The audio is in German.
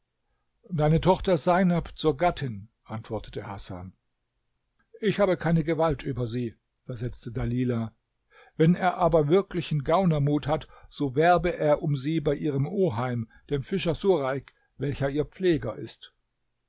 deine tochter seinab zur gattin antwortete hasan ich habe keine gewalt über sie versetzte dalilah wenn er aber wirklichen gaunermut hat so werbe er um sie bei ihrem oheim dem fischer sureik welcher ihr pfleger ist